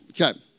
Okay